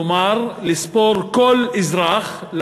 כלומר לספור כל אזרח,